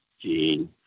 Gene